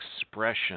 expression